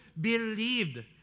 believed